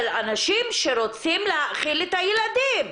של אנשים שרוצים להאכיל את הילדים,